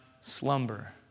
slumber